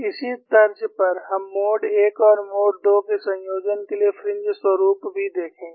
इसी तर्ज पर हम मोड 1 और मोड 2 के संयोजन के लिए फ्रिंज स्वरुप भी देखेंगे